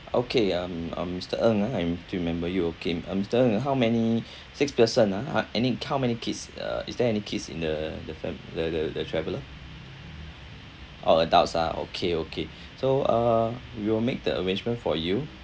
okay um um mister ng ah I'm still remember you okay um mister ng how many six person ah uh any how many kids uh is there any kids in the the fam~ the the the traveller all adults ah okay okay so uh we will make the arrangement for you